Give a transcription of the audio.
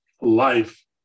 life